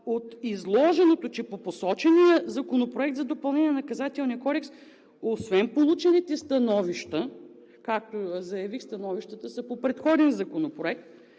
от изложеното, че по посочения Законопроект за допълнение на Наказателния кодекс освен получените становища, както заявих, становищата са по предходен Законопроект,